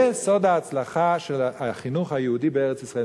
זה סוד ההצלחה של החינוך היהודי בארץ-ישראל.